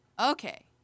Okay